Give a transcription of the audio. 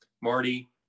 Marty